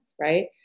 right